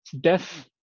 Death